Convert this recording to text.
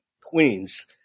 Queens